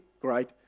great